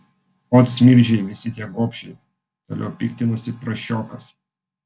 ot smirdžiai visi tie gobšiai toliau piktinosi prasčiokas